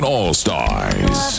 All-Stars